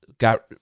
got